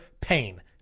pain